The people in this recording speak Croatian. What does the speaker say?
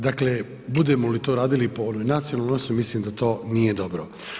Dakle, budemo li to radili po onoj nacionalnoj osnovi, mislim da to nije dobro.